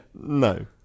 No